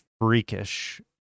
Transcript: freakish